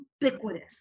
ubiquitous